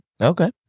Okay